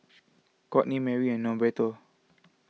Kourtney Mary and Norberto